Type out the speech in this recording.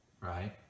right